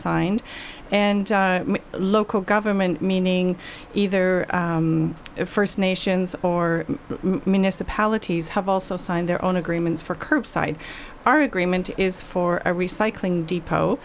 signed and local government meaning either first nations or municipalities have also signed their own agreements for curbside our agreement is for a recycling